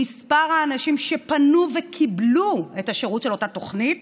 מספר האנשים שפנו וקיבלו את השירות של אותה תוכנית